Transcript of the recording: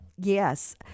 yes